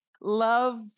love